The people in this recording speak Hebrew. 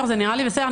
זה נראה לי בסדר.